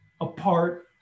apart